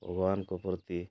ଭଗବାନଙ୍କ ପ୍ରତି